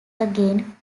again